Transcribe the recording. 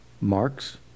Marks